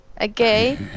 okay